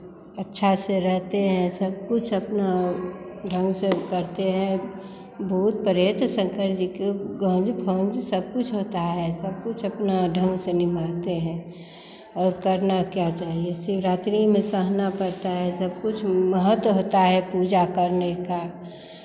अच्छा से रहते हैं सब कुछ अपना ढंग से करते हैं भूत प्रेत शंकर जी के गंज फंज सब कुछ होता है सब कुछ अपना ढंग से निभाते हैं और करना क्या चाहिए शिवरात्रि में सहना पड़ता है सब कुछ महत्व होता है पूजा करने का